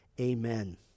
Amen